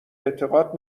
اعتقاد